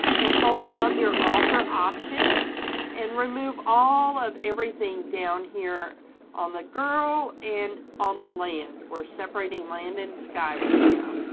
and hold down your alter option and remove all of everything down here on the girl and on the land. we're separating land and sky right now.